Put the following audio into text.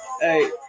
Hey